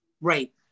Right